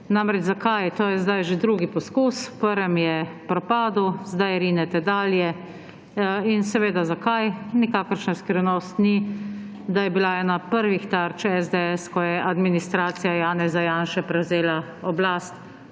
Namreč, zakaj? To je zdaj že drugi poskus, prvi jim je propadel, zdaj rinete dalje in seveda ‒ zakaj? Nikakršna skrivnost ni, da je bila ena od prvih tarč SDS, ko je administracija Janeza Janše prevzela oblast,